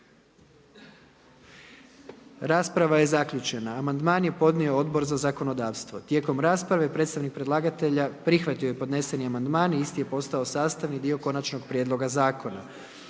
Rasprava je zaključena. Amandman je podnio Odbor za zakonodavstvo. Tijekom rasprave predstavnik predlagatelja prihvatio je podneseni amandman i isti je postao sastavni dio Konačnog prijedloga Zakona.